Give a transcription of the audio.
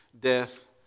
death